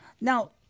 Now